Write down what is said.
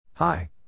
Hi